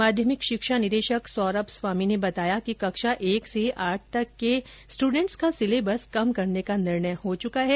माध्यमिक शिक्षा निदेशक सौरभ स्वामी ने बताया कि कक्षा एक से आठ तक के स्टूडेंट्स का सिलेबस कम करने का निर्णय हो चुका है